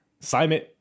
Simon –